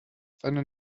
seine